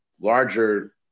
larger